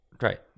right